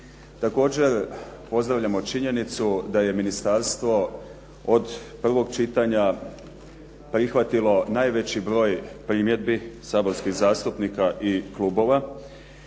Također pozdravljamo činjenicu da je ministarstvo od prvog čitanja prihvatilo najveći broj primjedbi saborskih zastupnika i klubova